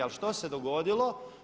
Ali što se dogodilo?